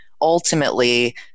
ultimately